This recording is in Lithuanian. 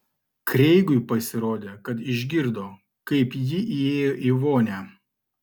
kreigui pasirodė kad išgirdo kaip ji įėjo į vonią